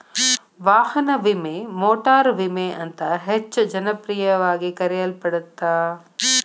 ವಾಹನ ವಿಮೆ ಮೋಟಾರು ವಿಮೆ ಅಂತ ಹೆಚ್ಚ ಜನಪ್ರಿಯವಾಗಿ ಕರೆಯಲ್ಪಡತ್ತ